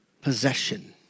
possession